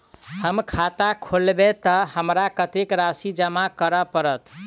हम खाता खोलेबै तऽ हमरा कत्तेक राशि जमा करऽ पड़त?